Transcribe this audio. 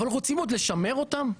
אבל רוצים עוד לשמר אותם?